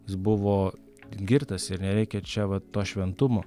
jis buvo girtas ir nereikia čia vat to šventumo